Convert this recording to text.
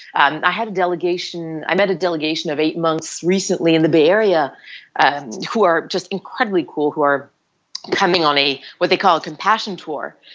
and i had a delegation i met a delegation of eight monks recently in the bay area and who are just incredibly cool, who are coming on what they call compassion tour.